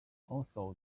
also